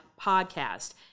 podcast